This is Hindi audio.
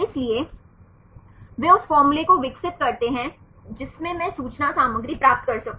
इसलिए वे उस फॉर्मूले को विकसित करते हैं जिससे मैं सूचना सामग्री प्राप्त कर सकूं